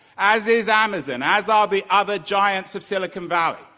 as is amazon, as are the other giants of silicon valley.